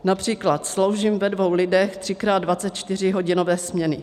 Například sloužím ve dvou lidech třikrát 24hodinové směny.